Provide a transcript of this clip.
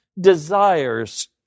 desires